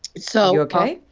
so. you ok?